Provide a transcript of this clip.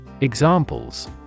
Examples